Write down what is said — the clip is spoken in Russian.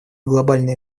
глобальной